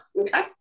okay